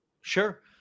Sure